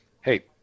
Hey